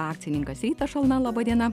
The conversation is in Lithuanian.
akcininkas rytas šalna laba diena